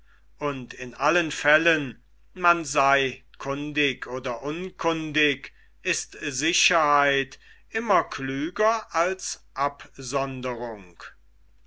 und in allen fällen sei man kundig oder unkundig ist die sicherheit immer klüger als